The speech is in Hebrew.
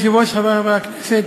אדוני היושב-ראש, חברי חברי הכנסת,